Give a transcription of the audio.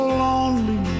lonely